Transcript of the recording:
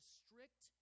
strict